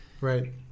Right